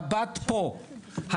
הבת פה,